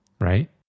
right